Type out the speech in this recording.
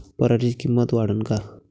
पराटीची किंमत वाढन का?